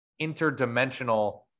interdimensional